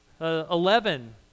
eleven